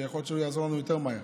יכול להיות שהוא יעזור לנו יותר מהר,